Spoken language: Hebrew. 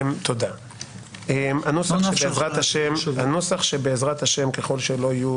הנוסח שבעזרת השם, ככל שלא יהיו